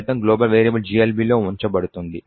ఫలితం global variable GLB లో ఉంచబడుతుంది